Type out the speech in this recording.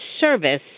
service